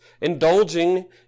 indulging